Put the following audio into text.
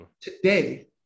Today